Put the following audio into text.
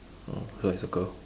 oh so I circle